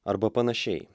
arba panašiai